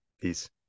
Peace